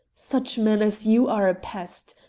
such men as you are a pest.